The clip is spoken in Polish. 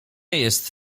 jest